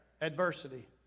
adversity